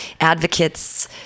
Advocates